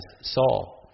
Saul